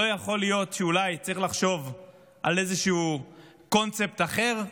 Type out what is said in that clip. לא יכול להיות שאולי צריך לחשוב על איזשהו קונספט אחר,